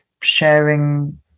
sharing